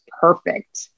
perfect